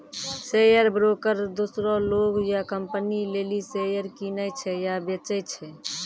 share broker दोसरो लोग या कंपनी लेली शेयर किनै छै या बेचै छै